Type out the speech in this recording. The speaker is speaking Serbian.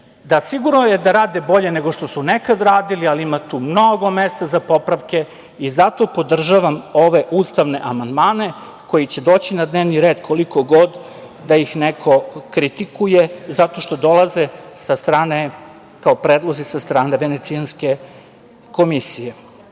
Sigurno je da rade bolje nego što su nekad radili, ali ima tu mnogo mesta za popravke i zato podržavam ove ustavne amandmane koji će doći na dnevni red, koliko god da ih neko kritikuje, zato što dolaze kao predlozi sa strane venecijanske komisije. Na